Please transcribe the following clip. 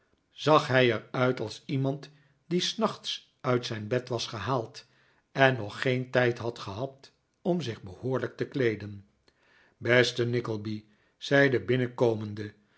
zag hij er uit als iemand die s nachts uit zijn bed was gehaald en nog geen tijd had gehad om zich behoorlijk te kleeden beste nickleby zei de binnenkomende